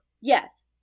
Yes